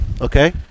Okay